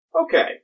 Okay